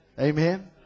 Amen